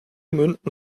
münden